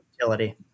utility